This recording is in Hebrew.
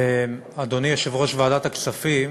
אדוני יושב-ראש ועדת הכספים,